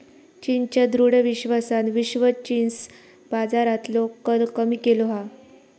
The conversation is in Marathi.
चीनच्या दृढ विश्वासान विश्व जींस बाजारातलो कल कमी केलो हा